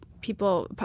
people